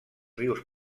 rius